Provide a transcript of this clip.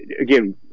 again